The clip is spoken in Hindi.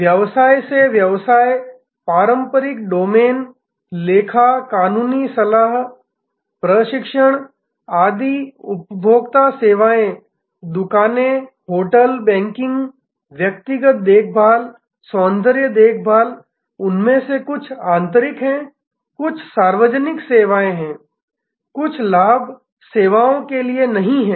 व्यवसाय से व्यवसाय पारंपरिक डोमेन लेखा कानूनी सलाह प्रशिक्षण आदि उपभोक्ता सेवाएं दुकानें होटल बैंकिंग व्यक्तिगत देखभाल सौंदर्य देखभाल उनमें से कुछ आंतरिक हैं कुछ सार्वजनिक सेवाएं हैं कुछ लाभ सेवाओं के लिए नहीं हैं